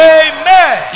amen